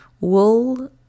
Wool